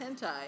hentai